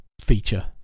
feature